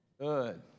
Good